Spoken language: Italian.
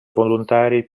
volontari